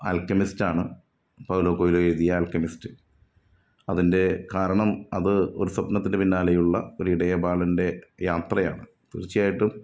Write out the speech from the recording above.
ആല്ക്കെമിസ്റ്റാണ് Paulo Coelho എഴുതിയ Alchemist അതിന്റെ കാരണം അത് ഒരു സ്വപ്നത്തിന്റെ പിന്നാലെയുള്ള ഒരു ഇടയ ബാലന്റെ യാത്രയാണ് തീര്ച്ചയായിട്ടും